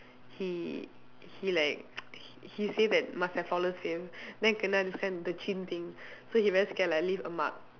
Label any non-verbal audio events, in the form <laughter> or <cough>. he he like <noise> he he say that must have flawless face then kena this kind the chin thing so he very scared like leave a mark